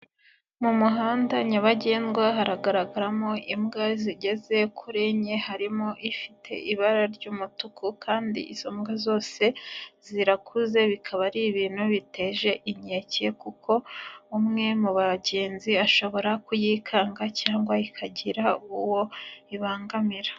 Mu muhanda nyabagendwa haragaragaramo imbwa zigeze kuri enye, harimo ifite ibara ry'umutuku kandi izo mbwa zose zirakuze bikaba ari ibintu biteje inkeke kuko umwe mu bagenzi ashobora kuyikanga cyangwa ikagira uwo ibangamira.